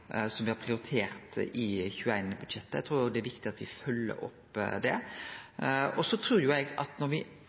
som me har prioritert i 2021-budsjettet. Eg trur det er viktig at me følgjer dei opp. Eg trur at når